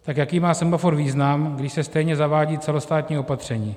Tak jaký má semafor význam, když se stejně zavádí celostátní opatření?